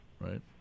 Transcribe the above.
right